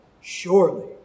surely